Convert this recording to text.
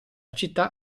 città